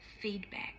feedback